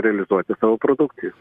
realizuoti savo produkciją